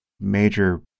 major